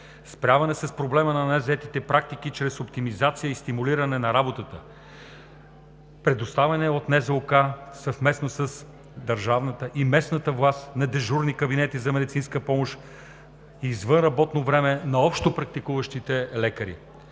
справяне с проблема на незаетите практики чрез оптимизация и стимулиране на работата; - предоставяне от НЗОК, съвместно с държавната и местната власт, на дежурни кабинети за медицинска помощ извън работно време на общопрактикуващите лекари;